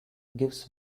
gives